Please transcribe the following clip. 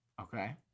Okay